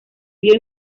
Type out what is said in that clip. vio